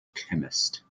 chemist